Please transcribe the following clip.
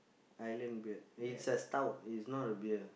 Ireland beer it's a stout it's not a beer